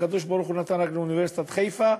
הקדוש-ברוך-הוא נתן רק לאוניברסיטת חיפה,